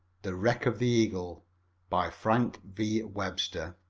the wreck of the eagle by frank v. webster